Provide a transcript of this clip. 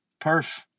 Perf